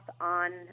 on